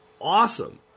awesome